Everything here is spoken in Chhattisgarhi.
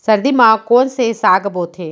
सर्दी मा कोन से साग बोथे?